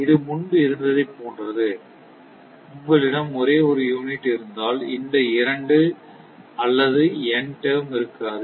இது முன்பு இருந்ததைப் போன்றது உங்களிடம் ஒரே ஒரு யூனிட் இருந்தால் இந்த இரண்டு அல்லது n டெர்ம் இருக்காது